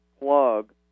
plug